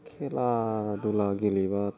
खेला धुला गेलेबा